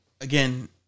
again